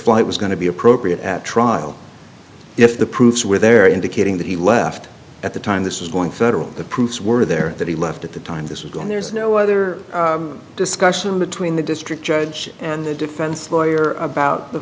flight was going to be appropriate at trial if the proofs where they're indicating that he left at the time this is going federal the proofs were there that he left at the time this is going there's no other discussion between the district judge and the defense lawyer about the